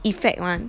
effect [one]